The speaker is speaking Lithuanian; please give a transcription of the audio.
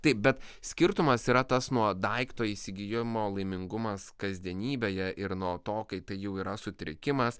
taip bet skirtumas yra tas nuo daikto įsigijimo laimingumas kasdienybėje ir nuo to kai tai jau yra sutrikimas